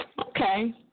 Okay